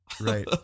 Right